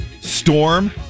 Storm